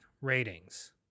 ratings